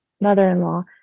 mother-in-law